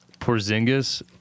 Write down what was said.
Porzingis